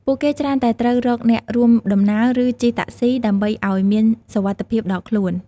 ពួកគេច្រើនតែត្រូវរកអ្នករួមដំណើរ ឬជិះតាក់ស៊ីដើម្បីឱ្យមានសុវត្ថិភាពដល់ខ្លួន។